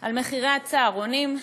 על מחירי הצהרונים.